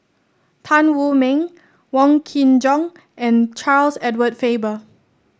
Tan Wu Meng Wong Kin Jong and Charles Edward Faber